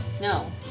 No